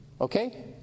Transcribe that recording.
Okay